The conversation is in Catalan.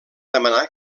demanar